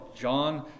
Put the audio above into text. John